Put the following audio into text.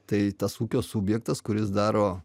tai tas ūkio subjektas kuris daro